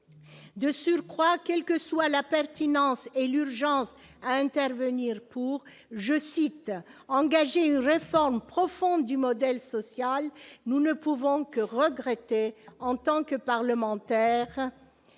De surcroît, quelles que soient la pertinence de ce projet et l'urgence à intervenir pour « engager une réforme profonde du modèle social », nous ne pouvons que regretter, en tant que parlementaires,